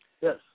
Yes